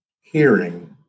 hearing